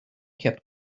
kept